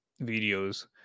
videos